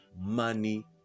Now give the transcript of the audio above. money